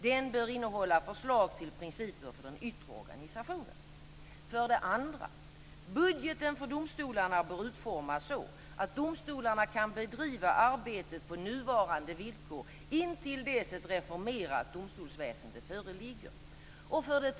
Den bör innehålla förslag till principer för den yttre organisationen. 2. Budgeten för domstolarna bör utformas så att domstolarna kan bedriva arbetet på nuvarande villkor intill dess ett reformerat domstolsväsende föreligger. 3.